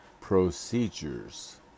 procedures